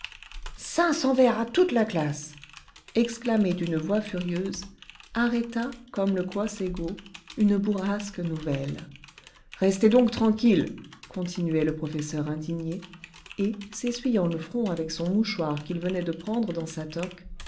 cents vers à toute la classe exclamé d'une voix furieuse arrêta comme le quos ego une bourrasque nouvelle restez donc tranquilles continuait le professeur indigné et s'essuyant le front avec son mouchoir qu'il venait de prendre dans sa toque